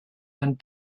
and